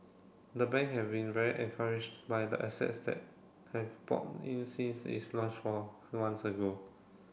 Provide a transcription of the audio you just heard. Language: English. the bank have been very encouraged by the assets that have poured in since its launch four months ago